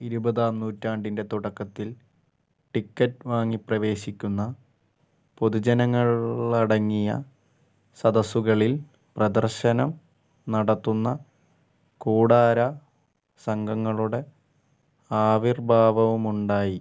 ഇരുപതാം നൂറ്റാണ്ടിൻ്റെ തുടക്കത്തിൽ ടിക്കറ്റ് വാങ്ങി പ്രവേശിക്കുന്ന പൊതുജനങ്ങളടങ്ങിയ സദസ്സുകളിൽ പ്രദർശനം നടത്തുന്ന കൂടാര സംഘങ്ങളുടെ ആവിർഭാവവുമുണ്ടായി